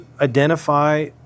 identify